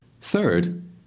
Third